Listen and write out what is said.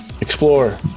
Explore